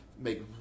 make